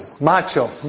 Macho